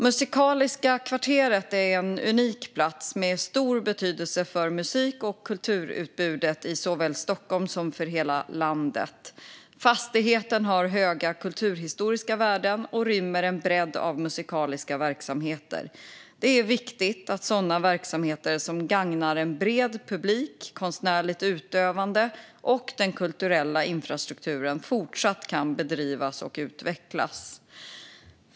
Musikaliska kvarteret är en unik plats med stor betydelse för musik och kulturutbudet i Stockholm såväl som för hela landet. Fastigheten har höga kulturhistoriska värden och rymmer en bredd av musikaliska verksamheter. Det är viktigt att sådana verksamheter som gagnar en bred publik, konstnärligt utövande och den kulturella infrastrukturen fortsatt kan bedrivas och utvecklas.